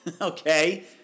okay